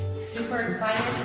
super excited.